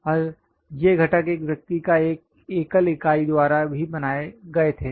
और ये घटक एक व्यक्ति या एक एकल इकाई द्वारा भी नहीं बनाए गए थे